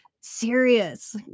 serious